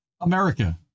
America